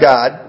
God